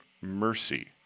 mercy